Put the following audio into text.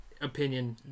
opinion